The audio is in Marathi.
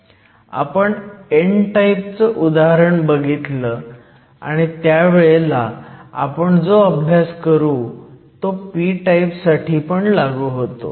आपण n टाईपचं उदाहरण बघितलं आणि त्यावेळेला आपण जो अभ्यास करू तो p टाईप साठी पण लागू होतो